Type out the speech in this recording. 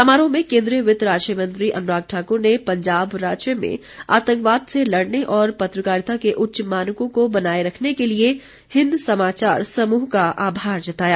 समारोह में केन्द्रीय वित्त राज्य मंत्री अनुराग ठाकुर ने पंजाब राज्य में आतंकवाद से लड़ने और पत्रकारिता के उच्च मानकों को बनाए रखने के लिए हिन्द समाचार समूह का आभार जताया